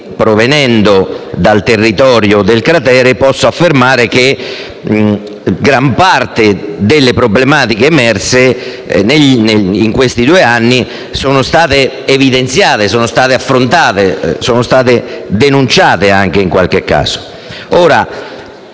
provenendo dal territorio del cratere, posso affermare che gran parte delle problematiche emerse in questi due anni sono state evidenziate, affrontate e, in qualche caso,